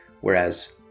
Whereas